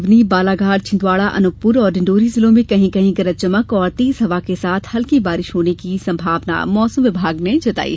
जबकि जबलपुर सीवनी बालाघाट छिंदवाड़ा अनूपपुर और डिण्डोरी जिलों में कहीं कहीं गरज चमक और तेज हवा के साथ हल्की बारिश होने की संभावना मौसम विभाग ने जताई है